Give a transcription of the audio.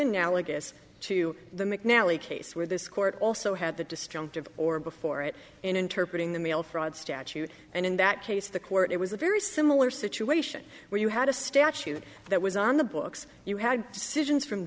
analogous to the mcnally case where this court also had the disjunctive or before it in interpreting the mail fraud statute and in that case the court it was a very similar situation where you had a statute that was on the books you had decisions from